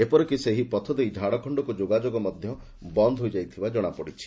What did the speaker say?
ଏପରିକି ସେହି ପଥ ଦେଇ ଝାଡଖଣ୍ଡକୁ ଯୋଗାଯୋଗ ମଧ ବନ୍ଦ ହୋଇଯାଇଥିବା ଜଣାପଡିଛି